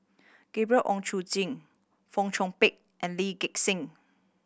Gabriel Oon Chong Jin Fong Chong Pik and Lee Gek Seng